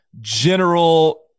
general